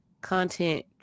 content